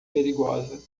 perigosa